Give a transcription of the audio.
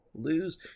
Lose